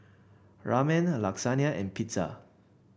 Ramen Lasagna and Pizza